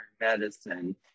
medicine